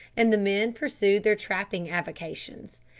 and the men pursued their trapping avocations.